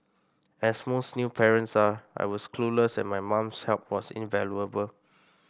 as most new parents are I was clueless and my mum's help was invaluable